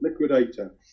Liquidator